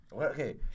Okay